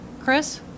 Chris